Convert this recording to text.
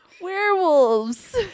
werewolves